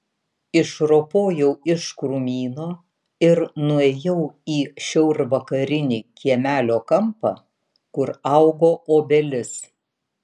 išropojau iš krūmyno ir nuėjau į šiaurvakarinį kiemelio kampą kur augo obelis